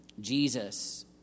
Jesus